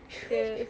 the